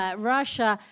ah russia,